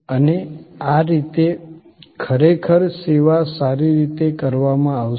અને આ રીતે ખરેખર સેવા સારી રીતે કરવામાં આવશે